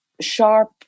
sharp